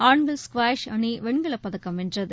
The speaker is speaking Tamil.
ஆண்கள் ஸ்குவாஷ் அணி வெண்கலப் பதக்கம் வென்றது